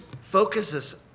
focuses